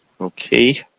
Okay